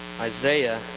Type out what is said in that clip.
Isaiah